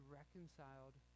reconciled